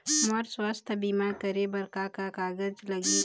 मोर स्वस्थ बीमा करे बर का का कागज लगही?